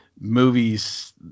movies